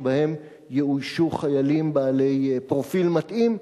שבהן יאוישו חיילים בעלי פרופיל מתאים,